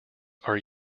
are